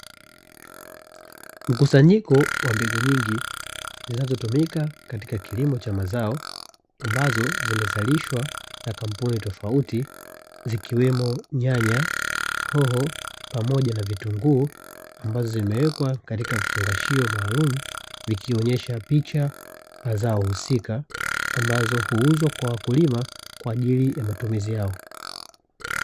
Mkusanyiko wa mbegu nyingi zinazotumika katika kilimo cha mazao, ambazo zimezalishwa na kampuni tofauti zikiwemo nyanya, hoho, pamoja na vitunguu, ambazo zimewekwa katika vifungashio, zikionyesha picha ya zao husika, ambazo huuzwa kwa wakulima kwa ajili ya matumizi yao.